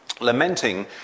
lamenting